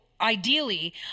ideally